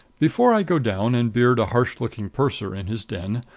before i go down and beard a harsh-looking purser in his den,